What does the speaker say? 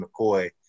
McCoy